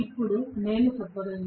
ఇప్పుడు నేను చెప్పగలను